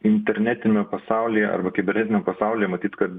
internetiniame pasaulyje arba kibernetiniam pasaulyje matyt kad